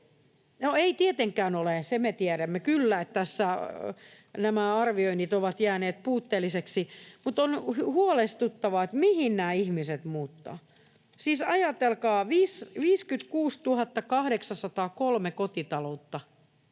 ei tietenkään ole. Sen me tiedämme kyllä, että tässä nämä arvioinnit ovat jääneet puutteellisiksi. — On huolestuttavaa, mihin nämä ihmiset muuttavat. Siis ajatelkaa, 56 803 kotitaloutta,